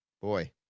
Boy